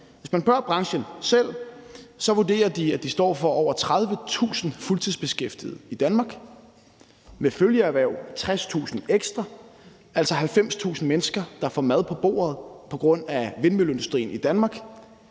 Hvis man spørger branchen selv, vurderer de, at de står for over 30.000 fuldtidsbeskæftigede i Danmark, og med følgeerhverv er det 60.000 ekstra. Det er altså 90.000 mennesker, der får mad på bordet på grund af vindmølleindustrien i Danmark.